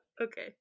okay